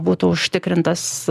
būtų užtikrintas